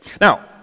Now